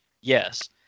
Yes